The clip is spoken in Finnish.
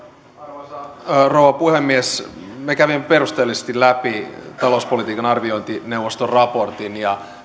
arvoisa rouva puhemies me kävimme perusteellisesti läpi talouspolitiikan arviointineuvoston raportin ja